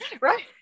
Right